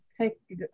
take